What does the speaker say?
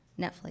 Netflix